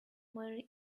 marry